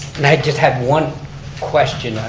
and i just had one question,